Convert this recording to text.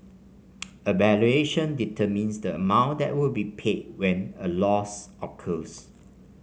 a valuation determines the amount that will be paid when a loss occurs